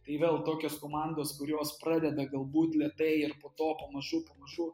tai vėl tokios komandos kurios pradeda galbūt lėtai ir po to pamažu pamažu